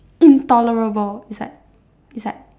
intolerable it's like it's like